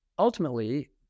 Ultimately